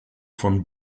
von